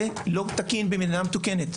זה לא תקין במדינה מתוקנת.